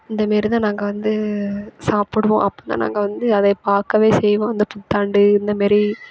இந்த மாரி தான் நாங்கள் வந்து சாப்புடுவோம் அப்போ தான் நாங்கள் வந்து அதைய பார்க்கவே செய்வோம் அந்த புத்தாண்டு இந்த மாரி